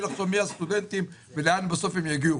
לחשוב מי הסטודנטים ולאן בסוף הם יגיעו.